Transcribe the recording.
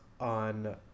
on